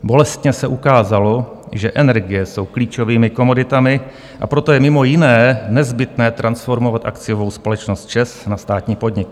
Bolestně se ukázalo, že energie jsou klíčovými komoditami, a proto je mimo jiné nezbytné transformovat akciovou společnost ČEZ na státní podnik.